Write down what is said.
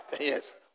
yes